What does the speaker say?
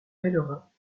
pèlerins